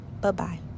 Bye-bye